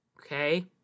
okay